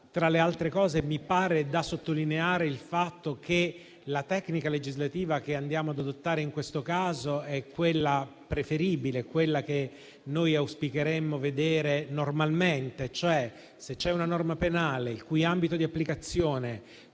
Tra le altre cose, mi pare da sottolineare il fatto che la tecnica legislativa che adottiamo in questo caso sia quella preferibile, che auspicheremmo vedere normalmente. Se c'è una norma penale il cui ambito di applicazione